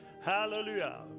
Hallelujah